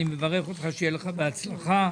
בהצלחה.